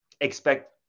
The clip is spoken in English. expect